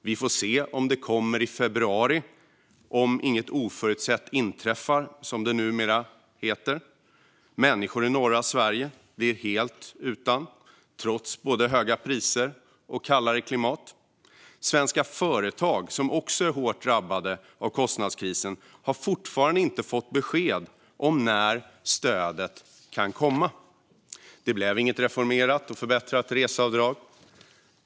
Vi får se om det kommer i februari - om inget oförutsett inträffar, som det numera heter. Människor i norra Sverige blir helt utan, trots både höga priser och kallare klimat. Svenska företag som också är hårt drabbade av kostnadskrisen har fortfarande inte fått besked om när stödet kan komma. Det blev inget reformerat och förbättrat reseavdrag.